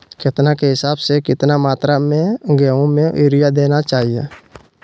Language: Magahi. केतना के हिसाब से, कितना मात्रा में गेहूं में यूरिया देना चाही?